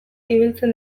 ibiltzen